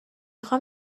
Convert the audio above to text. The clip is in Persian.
خوام